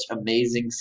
amazing